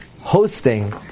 hosting